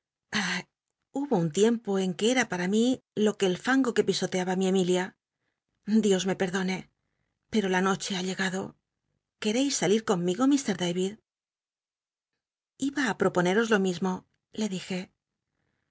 hubo un tiempo en que era para mi jo qua el fango que pisoteaba mi emilia i dios me perdone pero la noche ha llegado que y salir conmigo iir david iba i proponeros lo mismo le dije